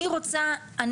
אני רוצה,